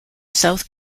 south